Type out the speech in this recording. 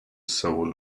soul